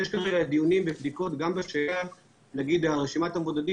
יש דיונים ובדיקות גם בשאלת העברת רשימת המבודדים